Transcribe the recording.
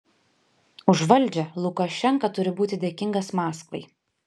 už valdžią lukašenka turi būti dėkingas maskvai